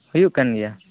ᱦᱩᱭᱩᱜ ᱠᱟᱱ ᱜᱮᱭᱟ